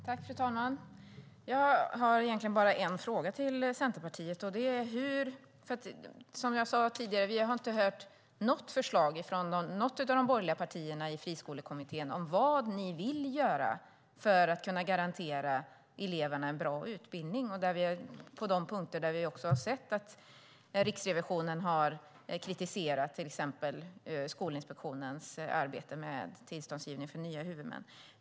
Fru talman! Jag har egentligen bara en fråga till Centerpartiet. Som jag sade tidigare har vi inte hört något förslag från något av de borgerliga partierna i Friskolekommittén om vad de vill göra för att kunna garantera eleverna en bra utbildning. Det gäller de punkter där vi har sett att Riksrevisionen har kritiserat till exempel Skolinspektionens arbete med tillståndsgivning för nya huvudmän.